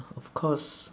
of course